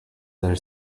their